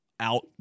out